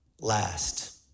last